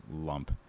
lump